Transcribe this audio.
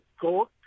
court